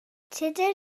tudur